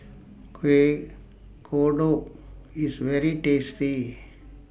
Kuih Kodok IS very tasty